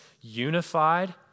unified